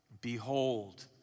Behold